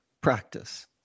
practice